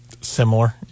Similar